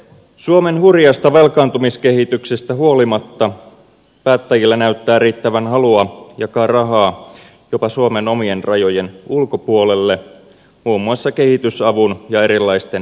suomen hurjasta velkaantumiskehityksestä huolimatta päättäjillä näyttää riittävän halua jakaa rahaa jopa suomen omien rajojen ulkopuolelle muun muassa kehitysavun ja erilaisten ilmastotukien muodossa